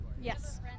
Yes